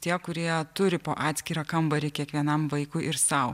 tie kurie turi po atskirą kambarį kiekvienam vaikui ir sau